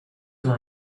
were